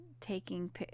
taking